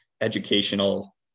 educational